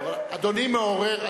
אדוני מעורר,